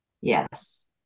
Yes